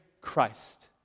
Christ